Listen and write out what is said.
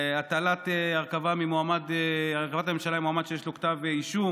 הטלת הרכבת הממשלה על מועמד שיש לו כתב אישום,